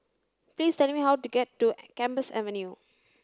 please tell me how to get to Gambas Avenue